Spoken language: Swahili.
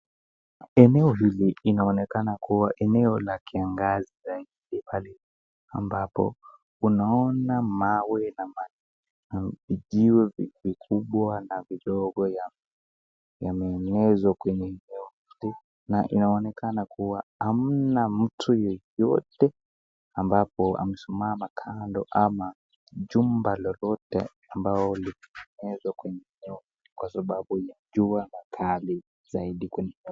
Eneo hili linaonekana kuwa eneo la kiangazi zaidi pale ambapo unaona mawe na jiwe mikubwa na midogo yameenezwa kwenye eneo hili na inaonekana kuwa hamna mtu yeyote ambapo amesimama kando ama jumba lolote ambao limewezwa kwenye eneo hili kwa sababu ya jua na kali zaidi kwenye.